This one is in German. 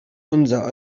unser